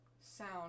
sound